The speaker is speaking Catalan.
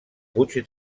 puig